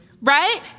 Right